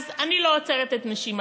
אז אני לא עוצרת את נשימתי,